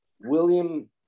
William